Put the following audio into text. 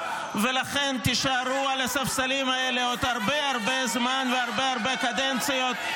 ולכן תישארו על הספסלים האלה עוד הרבה הרבה זמן והרבה הרבה קדנציות.